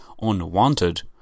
unwanted